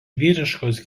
vyriškos